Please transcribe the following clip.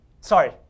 Sorry